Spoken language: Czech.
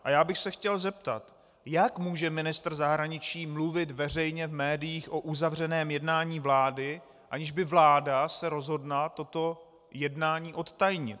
A já bych se chtěl zeptat: Jak může ministr zahraničí mluvit veřejně v médiích o uzavřeném jednání vlády, aniž by se vláda rozhodla toto jednání odtajnit?